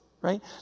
right